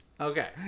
Okay